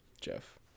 jeff